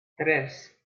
tres